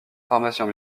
pharmacien